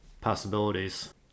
possibilities